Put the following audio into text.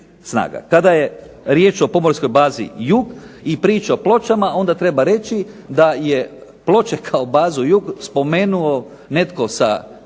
Tada je riječ o Pomorskoj bazi Jug i priča o Pločama onda treba reći da je Ploče kao bazu Jug spomenuo netko sa